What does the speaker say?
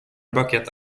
buckets